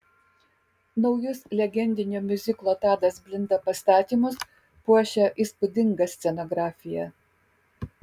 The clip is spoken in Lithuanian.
naujus legendinio miuziklo tadas blinda pastatymus puošia įspūdinga scenografija